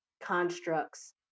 constructs